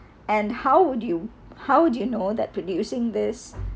and how would you how would you know that producing this